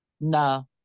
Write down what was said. No